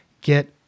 get